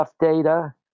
data